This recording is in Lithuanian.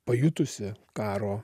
pajutusi karo